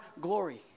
glory